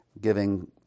giving